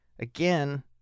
again